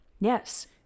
Yes